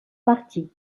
parti